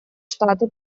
штаты